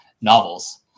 novels